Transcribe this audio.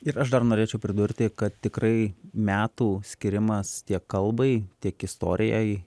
ir aš dar norėčiau pridurti kad tikrai metų skyrimas tiek kalbai tiek istorijai